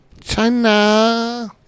China